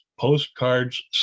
postcards